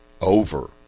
over